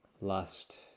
lust